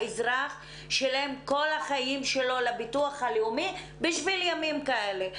האזרח שילם כל חייו לביטוח הלאומי בשביל ימים כאלה,